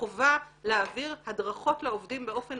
החובה להעביר הדרכות לעובדים באופן